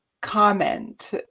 comment